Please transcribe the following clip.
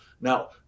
Now